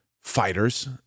fighters